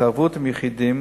להתערבות עם יחידים